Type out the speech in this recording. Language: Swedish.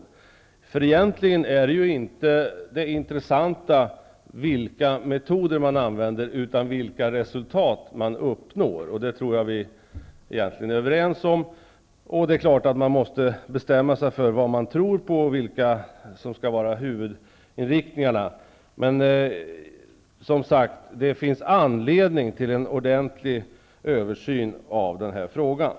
Egentligen är ju det intressanta inte vilka metoder man använder utan vilka resultat man uppnår. Detta är vi nog överens om, och det är klart att man måste bestämma sig för vad man tror på och vilka huvudinriktningarna skall vara. Men som sagt: Det finns anledning till en ordentlig översyn av den här frågan.